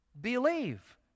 believe